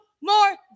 more